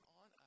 on